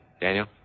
Daniel